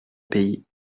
pays